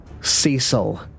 Cecil